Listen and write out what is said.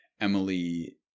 Emily